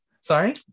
Sorry